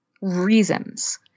reasons